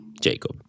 Jacob